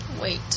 wait